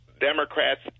Democrats